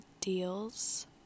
deals